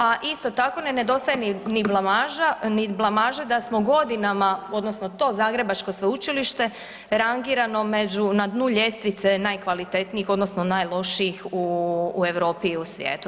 A isto tako ne nedostaje ni blamaža, ni blamaže da smo godinama odnosno to Zagrebačko sveučilište rangiramo među, na dnu ljestvice najkvalitetnijih odnosno najlošijih u Europi i u svijetu.